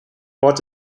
ort